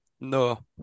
no